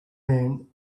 man